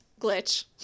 glitch